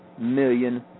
million